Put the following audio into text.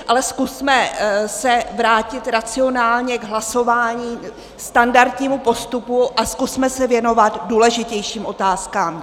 Ale zkusme se vrátit racionálně k hlasování, ke standardnímu postupu, a zkusme se věnovat důležitějším otázkám.